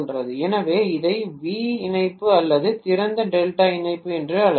எனவே இதை வி இணைப்பு அல்லது திறந்த டெல்டா இணைப்பு என்று அழைக்கிறோம்